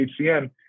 HCM